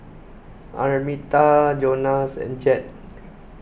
Arminta Jonas and Jett